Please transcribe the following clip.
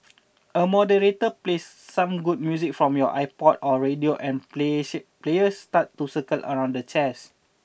a moderator plays some good music from your iPod or radio and glee ship players start to circle around the chairs